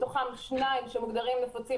מתוכם שניים שמוגדרים נפוצים,